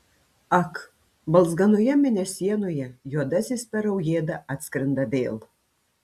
ak balzganoje mėnesienoje juodasis per aujėdą atskrenda vėl